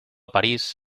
parís